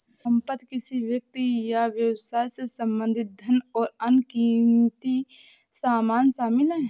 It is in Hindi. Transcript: संपत्ति किसी व्यक्ति या व्यवसाय से संबंधित धन और अन्य क़ीमती सामान शामिल हैं